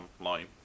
online